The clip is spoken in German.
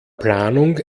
planung